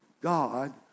God